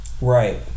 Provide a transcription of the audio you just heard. Right